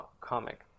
Comic